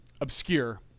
obscure